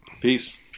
Peace